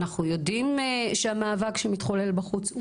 אנחנו יודעים שהמאבק שמתחולל בחוץ הוא